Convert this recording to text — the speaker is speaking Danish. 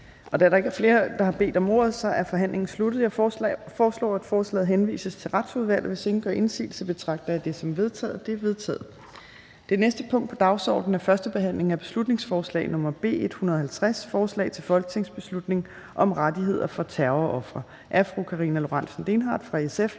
Da der ikke er flere, der har bedt om ordet, er forhandlingen sluttet. Jeg foreslår, at forslaget til folketingsbeslutning henvises til Retsudvalget. Hvis ingen gør indsigelse, betragter jeg det som vedtaget. Det er vedtaget. --- Det næste punkt på dagsordenen er: 24) 1. behandling af beslutningsforslag nr. B 150: Forslag til folketingsbeslutning om rettigheder for terrorofre. Af Karina Lorentzen Dehnhardt (SF)